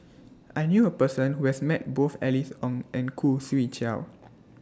I knew A Person Who has Met Both Alice Ong and Khoo Swee Chiow